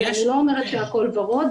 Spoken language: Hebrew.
אני לא אומרת שהכול ורוד,